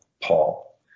Paul